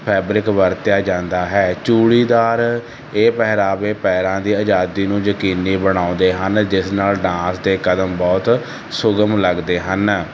fabric ਵਰਤਿਆ ਜਾਂਦਾ ਹੈ ਚੂੜੀਦਾਰ ਇਹ ਪਹਿਰਾਵੇ ਪੈਰਾਂ ਦੀ ਆਜ਼ਾਦੀ ਨੂੰ ਯਕੀਨੀ ਬਣਾਉਂਦੇ ਹਨ ਜਿਸ ਨਾਲ ਡਾਂਸ ਅਤੇ ਕਦਮ ਬਹੁਤ ਸੁਗਮ ਲੱਗਦੇ ਹਨ